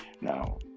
now